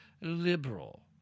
liberal